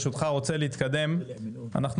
חשוב